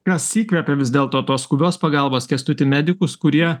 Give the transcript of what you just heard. kas įkvepia vis dėl to skubios pagalbos kęstutį medikus kurie